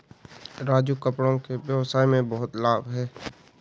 राजू कपड़ों के व्यवसाय में बहुत लाभ है